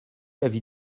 l’avis